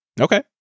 Okay